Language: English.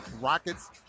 Rockets